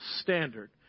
standard